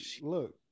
look